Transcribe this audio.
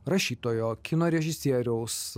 rašytojo kino režisieriaus